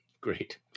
Great